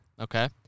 Okay